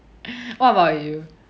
what about you